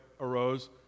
arose